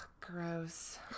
gross